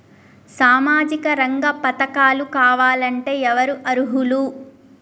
సామాజిక రంగ పథకాలు కావాలంటే ఎవరు అర్హులు?